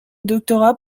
doctorat